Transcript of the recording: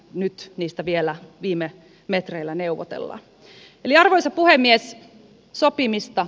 nyt niistä vielä viime metreillä neuvotellaan